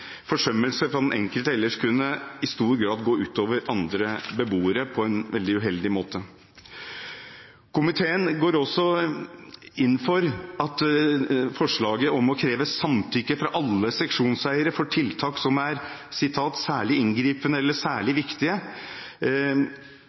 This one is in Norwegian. forsømmelse fra den enkelte ellers i stor grad kunne gå ut over andre beboere på en veldig uheldig måte. Komiteen går også inn for at forslaget om å kreve samtykke fra alle seksjonseiere for tiltak som er «særlig inngripende eller